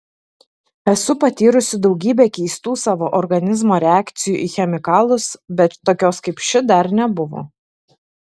esu patyrusi daugybę keistų savo organizmo reakcijų į chemikalus bet tokios kaip ši dar nebuvo